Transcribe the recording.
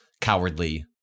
cowardly